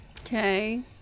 Okay